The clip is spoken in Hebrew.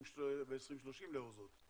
ב-2030 לאור זאת?